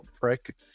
prick